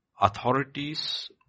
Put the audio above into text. authorities